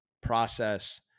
process